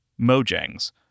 mojangs